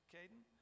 Caden